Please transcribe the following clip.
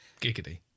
Giggity